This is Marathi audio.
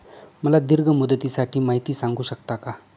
मला दीर्घ मुदतीसाठी माहिती सांगू शकता का?